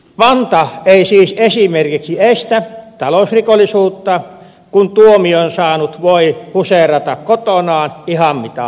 panta ei siis esimerkiksi estä talousrikollisuutta kun tuomion saanut voi huseerata kotonaan ihan mitä haluaa